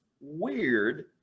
weird